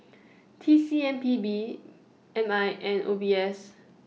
T C M P B M I and O B S